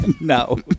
No